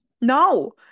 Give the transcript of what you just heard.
No